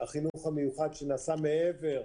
החינוך המיוחד שנעשה מעבר,